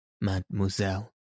mademoiselle